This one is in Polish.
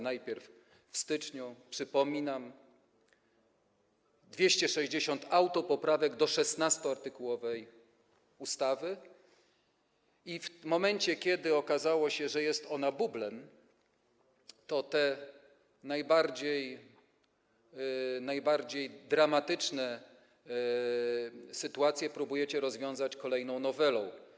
Najpierw w styczniu, przypominam, było 260 autopoprawek do 16-artykułowej ustawy, a w momencie kiedy okazało się, że jest ona bublem, te najbardziej dramatyczne sytuacje próbujecie rozwiązać kolejną nowelą.